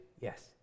Yes